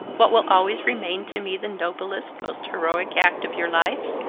what will always remain to me the noblest, most heroic act of your life?